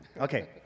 Okay